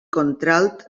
contralt